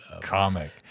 comic